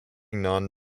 non